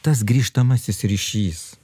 tas grįžtamasis ryšys